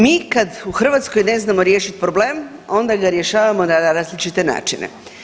Mi kad u Hrvatskoj ne znamo riješiti problem, onda ga rješavamo na različite načine.